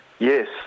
Yes